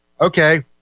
okay